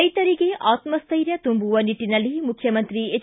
ರೈತರಿಗೆ ಆತ್ಪಟ್ಟೆರ್ಯ ತುಂಬುವ ನಿಟ್ಟನಲ್ಲಿ ಮುಖ್ಯಮಂತ್ರಿ ಹೆಚ್